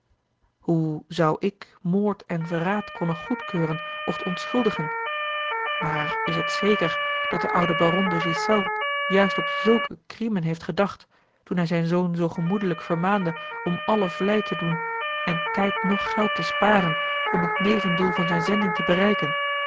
hoe zou ik moord en verraad konnen goedkeuren oft ontschuldigen maar is het zeker dat de oude baron de ghiselles juist op zulke crimen heeft gedacht toen hij zijn zoon zoo gemoedelijk vermaande om alle vlijt te doen en tijd noch geld te sparen om het nevendoel van zijne zending te bereiken